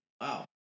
Wow